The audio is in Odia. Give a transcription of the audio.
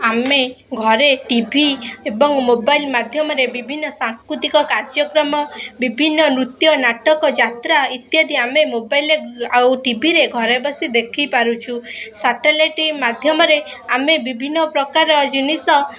ଆମେ ଘରେ ଟିଭି ଏବଂ ମୋବାଇଲ୍ ମାଧ୍ୟମରେ ବିଭିନ୍ନ ସାଂସ୍କୃତିକ କାର୍ଯ୍ୟକ୍ରମ ବିଭିନ୍ନ ନୃତ୍ୟ ନାଟକ ଯାତ୍ରା ଇତ୍ୟାଦି ଆମେ ମୋବାଇଲ୍ରେ ଆଉ ଟିଭିରେ ଘରେ ବସି ଦେଖିପାରୁଛୁ ସାଟେଲାଇଟ୍ ମାଧ୍ୟମରେ ଆମେ ବିଭିନ୍ନ ପ୍ରକାର ଜିନିଷ